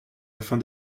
afin